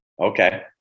Okay